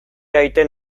aiten